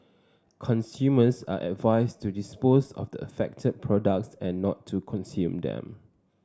consumers are advised to dispose of the affected products and not to consume them